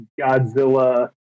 Godzilla